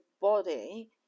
body